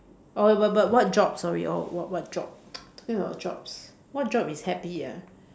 oh but but but what job sorry oh what job talking about jobs what job is happy ah